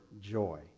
joy